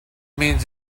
means